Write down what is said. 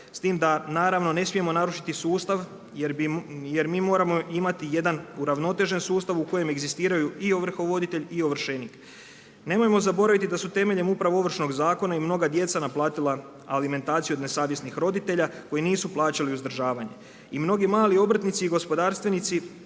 s tim da naravno ne smijemo narušiti sustav, jer mi moramo imati jedan uravnotežen sustav u kojem egzistiraju i ovrhovoditelj i ovršenik. Nemojmo zaboraviti da su temeljem upravo Ovršnog zakona i mnoga djeca naplatila alimentaciju od nesavjesnih roditelja koji nisu plaćali uzdržavanje. I mnogi mali obrtnici i gospodarstvenici,